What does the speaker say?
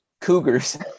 Cougars